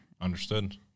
Understood